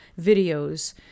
videos